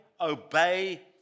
obey